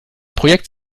projekt